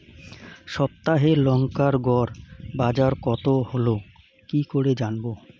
সপ্তাহে লংকার গড় বাজার কতো হলো কীকরে জানবো?